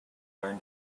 learn